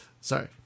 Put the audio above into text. sorry